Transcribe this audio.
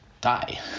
die